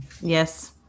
Yes